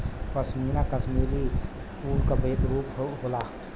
पशमीना कशमीरी ऊन क एक दूसर रूप होला